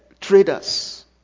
traders